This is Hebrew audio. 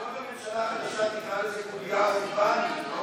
לכבוד הממשלה החדשה תקרא לזה קובייה חורבנית.